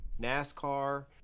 NASCAR